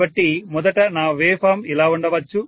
కాబట్టి మొదట నా వేవ్ ఫామ్ ఇలా ఉండవచ్చు